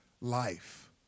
life